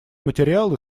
материалы